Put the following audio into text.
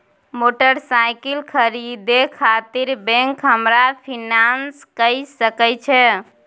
Motorcycle खरीदे खातिर bank हमरा फिनांस कय सके छै?